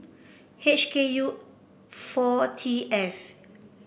H K U four T F